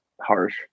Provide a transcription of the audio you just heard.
harsh